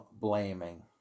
blaming